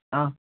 ആഹ്